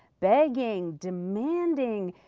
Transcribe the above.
begging, demanding.